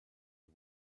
and